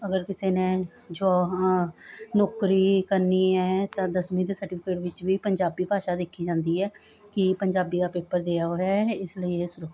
ਅਗਰ ਕਿਸੇ ਨੇ ਜੋ ਨੌਕਰੀ ਕਰਨੀ ਹੈ ਤਾਂ ਦਸਵੀਂ ਦੇ ਸਰਟੀਫਿਕੇਟ ਵਿੱਚ ਵੀ ਪੰਜਾਬੀ ਭਾਸ਼ਾ ਦੇਖੀ ਜਾਂਦੀ ਹੈ ਕਿ ਪੰਜਾਬੀ ਦਾ ਪੇਪਰ ਦਾ ਦਿਆ ਹੋਇਆ ਹੈ ਇਸ ਲਈ ਇਹ ਸੁਰੱਖਿਅਤ ਹੈ